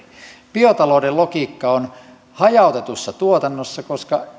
biotalouden logiikka on hajautetussa tuotannossa koska